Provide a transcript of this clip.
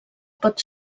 pot